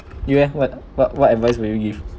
you eh what what what advice would you give